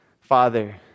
Father